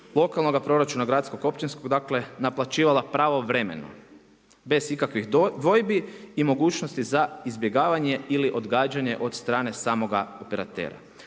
lokalnoga proračuna, gradskog, općinskog, dakle, naplaćivala pravovremeno, bez ikakvih dvojbi i mogućnosti za izbjegavanje ili odgađanje od strane samoga operatera.